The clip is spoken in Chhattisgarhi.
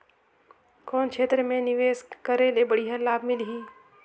कौन क्षेत्र मे निवेश करे ले बढ़िया लाभ मिलही?